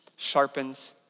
sharpens